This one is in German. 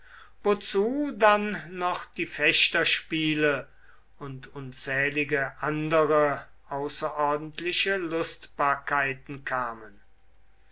wozu dann noch die fechterspiele und unzählige andere außerordentliche lustbarkeiten kamen